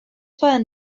poden